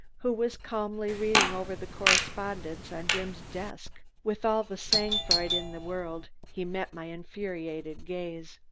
who was calmly reading over the correspondence on jim's desk. with all the sang-froid in the world, he met my infuriated gaze.